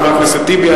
חבר הכנסת טיבי,